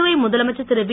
புதுவை முதலமைச்சர் திருவி